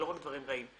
לצערי, קיווינו ליותר.